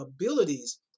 abilities